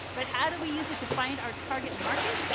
but how do we use it to find our target market?